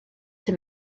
him